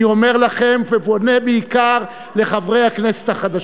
אני אומר לכם, ופונה בעיקר לחברי הכנסת החדשים,